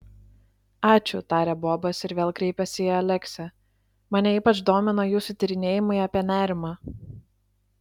ačiū tarė bobas ir vėl kreipėsi į aleksę mane ypač domina jūsų tyrinėjimai apie nerimą